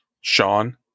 Sean